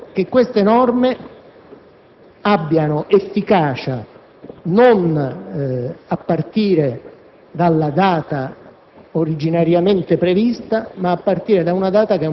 Il nostro voto incide sull'efficacia, subito o tra qualche mese, di un complesso di norme, neanche di una norma specifica